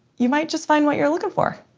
you might just find what you're looking for.